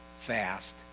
fast